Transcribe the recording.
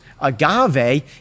agave